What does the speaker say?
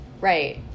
Right